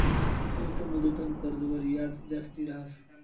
अल्प मुदतनं कर्जवर याज जास्ती रहास